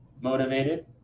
motivated